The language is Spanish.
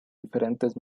diferentes